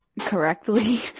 correctly